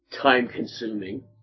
time-consuming